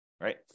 right